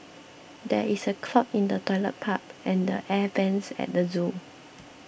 there is a clog in the Toilet Pipe and the Air Vents at the zoo